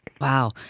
Wow